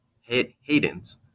Hayden's